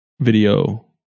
video